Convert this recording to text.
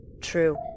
true